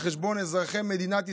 על חשבון אזרחי מדינת ישראל,